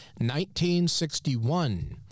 1961